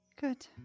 good